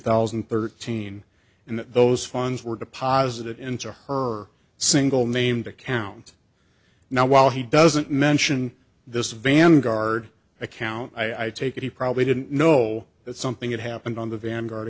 thousand and thirteen and those funds were deposited into her single named account now while he doesn't mention this vanguard account i take it he probably didn't know that something had happened on the vanguard